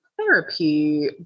therapy